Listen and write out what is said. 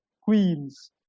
queens